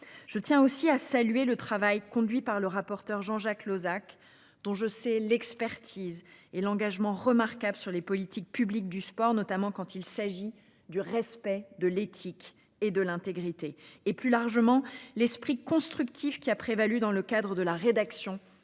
Je tiens aussi à saluer le travail conduit par le rapporteur. Jean-Jacques Lozach, dont je sais l'expertise et l'engagement remarquables sur les politiques publiques du sport, notamment quand il s'agit du respect de l'éthique et de l'intégrité et plus largement l'esprit constructif qui a prévalu dans le cadre de la rédaction